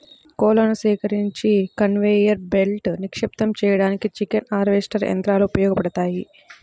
కోళ్లను సేకరించి కన్వేయర్ బెల్ట్పై నిక్షిప్తం చేయడానికి చికెన్ హార్వెస్టర్ యంత్రాలు ఉపయోగపడతాయి